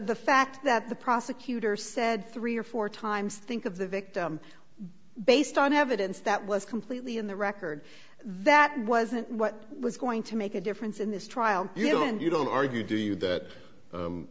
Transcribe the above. the fact that the prosecutor said three or four times think of the victim based on evidence that was completely in the record that wasn't what was going to make a difference in this trial given you don't argue do you that